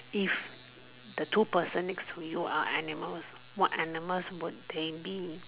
if the two person next to you are animals what animals would they be